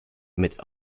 mit